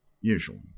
usually